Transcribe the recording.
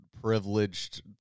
privileged